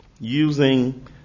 using